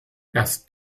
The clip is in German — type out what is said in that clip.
erst